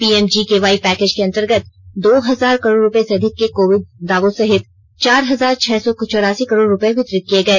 PMGKY package के अंतर्गत दो हजार करोड़ रुपये से अधिक के कोविड दावों सहित चार हजार छह सौ चौरासी करोड़ रुपये वितरित किए गए